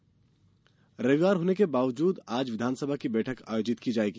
विधानसभा रविवार होने के बावजूद आज विधानसभा की बैठक आयोजित की जाएगी